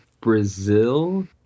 Brazil